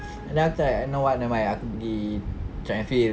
and then after that know what never mind aku pergi track and field